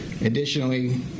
Additionally